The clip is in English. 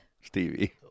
Stevie